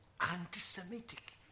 anti-semitic